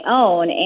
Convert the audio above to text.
own